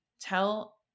tell